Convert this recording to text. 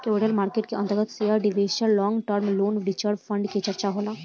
capital market के अंतर्गत share debenture long term loan reserve fund के चर्चा होला